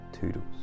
Toodles